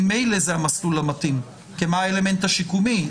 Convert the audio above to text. ממילא זה המסלול המתאים כי מה האלמנט השיקומי?